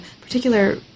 particular